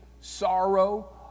sorrow